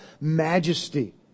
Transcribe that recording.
majesty